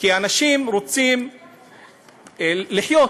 כי אנשים רוצים לחיות,